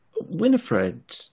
Winifred